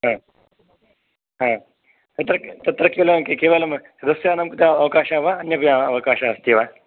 तत्र तत्र केवलं केवलं सदस्यानां कृते अवकाशः वा अन्येभ्यः अवकाशः अस्ति वा